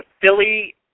Philly